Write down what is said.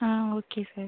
ah okay sir